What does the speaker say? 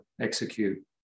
execute